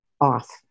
off